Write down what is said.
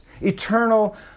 eternal